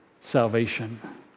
salvation